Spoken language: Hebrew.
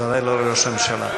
ודאי לא לראש הממשלה.